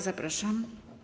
Zapraszam.